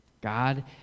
God